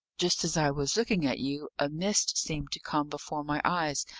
just as i was looking at you, a mist seemed to come before my eyes,